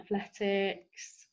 athletics